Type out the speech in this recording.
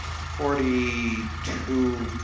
forty two